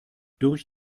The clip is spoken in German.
durch